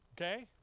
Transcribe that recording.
Okay